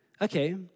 okay